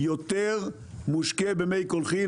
יותר מושקה במי קולחים,